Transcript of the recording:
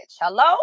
Hello